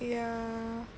ya